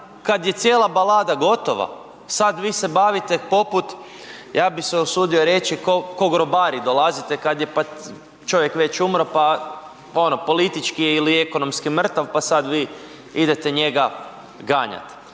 kad je cijela balada gotova, sad vi se bavite poput ja bi se usudio reći ko grobari dolazite kad je čovjek već umro pa ono politički je ili ekonomski mrtav pa sad vi njega idete njega ganjati.